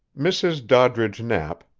mrs. doddridge knapp,